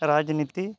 ᱨᱟᱡᱽᱱᱤᱛᱤ